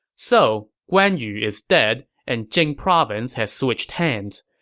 so, guan yu is dead, and jing province has switched hands.